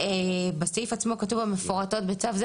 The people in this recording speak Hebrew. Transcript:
-- בסעיף עצמו כתוב: "המפורטות בצו זה",